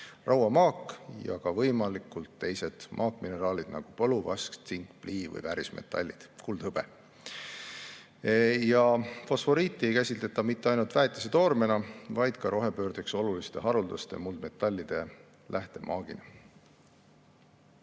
rauamaak ja ka võimalikud teised maakmineraalid, nagu vask, tsink, plii või väärismetallid kuld ja hõbe. Fosforiiti ei käsitleta mitte ainult väetise toormena, vaid ka rohepöördeks oluliste haruldaste muldmetallide lähtemaagina.